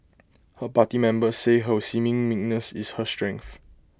her party members say her seeming meekness is her strength